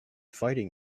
fighting